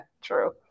true